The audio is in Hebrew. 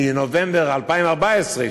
מנובמבר 2014,